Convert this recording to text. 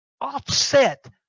offset